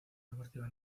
deportiva